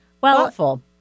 Thoughtful